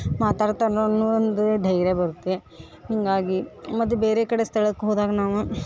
ಮಾತಾಡ್ತಾರ ನೋಡಿ ನೋಡಿ ಅಂದರೆ ಧೈರ್ಯ ಬರುತ್ತೆ ಹೀಗಾಗಿ ಮತ್ತು ಬೇರೆ ಕಡೆ ಸ್ಥಳಕ್ಕೆ ಹೋದಾಗ ನಾವು